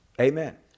Amen